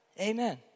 Amen